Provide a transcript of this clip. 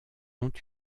ont